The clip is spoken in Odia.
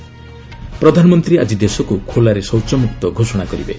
ପ୍ରଧାନମନ୍ତ୍ରୀ ଆଜି ଦେଶକୁ ଖୋଲାରେ ଶୌଚମୁକ୍ତ ଘୋଷଣା କରିବେ